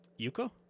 Yuko